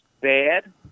bad